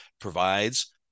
provides